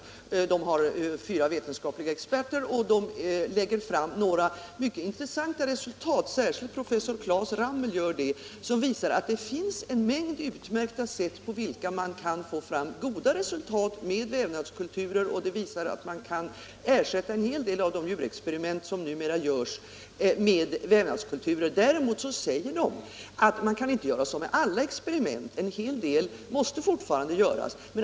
Utredningens fyra vetenskapliga experter lägger fram några mycket intressanta resultat — särskilt professor Claes Ramel gör det — som visar att det finns en mängd utmärkta sätt på vilka man kan få goda resultat med vävnadskulturer. En hel del av de djurexperiment som nu görs kan ersättas genom experiment med vävnadskulturer. Däremot säger de att man inte kan göra så med alla experiment; en del måste fortfarande utföras med djur.